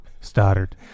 Stoddard